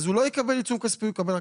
הוא לא יקבל עיצום כספי אלא רק התראה.